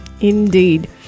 Indeed